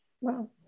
Wow